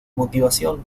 motivación